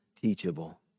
teachable